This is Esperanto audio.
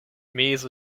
mezo